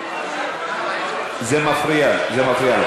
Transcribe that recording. זה מפריע, זה מפריע.